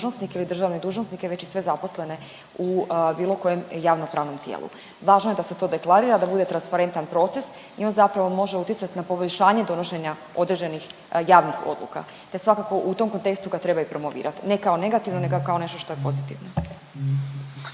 ili državne dužnosnike već i sve zaposlene u bilo kojem javno-pravnom tijelu. Važno je da se to deklarira, da bude transparentan proces i on zapravo može utjecati na poboljšanje donošenja određenih javnih odluka, te svakako u tom kontekstu ga treba i promovirati, ne kao negativno, nego kao nešto što je pozitivno.